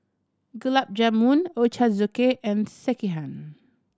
Gulab Jamun Ochazuke and Sekihan